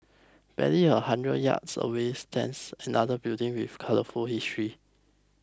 barely a hundred yards away stands another building with colourful history